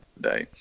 day